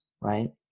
right